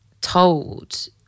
told